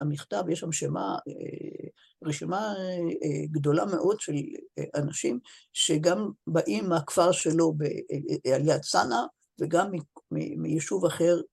‫המכתב, יש שם רשימה גדולה מאוד ‫של אנשים ‫שגם באים מהכפר שלו, על יד צנעא, ‫וגם מיישוב אחר.